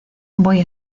voy